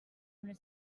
una